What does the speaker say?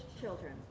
children